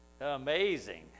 Amazing